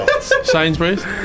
Sainsbury's